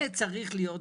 זה צריך להיות בחוק.